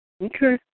Okay